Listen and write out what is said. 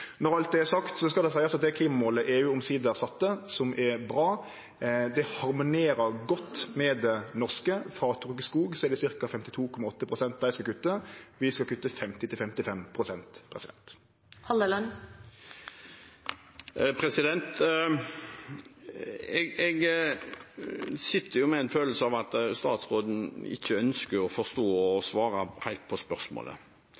Når alt det er sagt, skal det seiast at det klimamålet EU omsider sette, som er bra, harmonerer godt med det norske. Fråtrekt skog er det ca. 52,8 pst. dei skal kutte. Vi skal kutte 50–55 pst. Jeg sitter med en følelse av at statsråden ikke ønsker å forstå og svare helt på spørsmålet.